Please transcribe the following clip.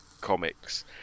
comics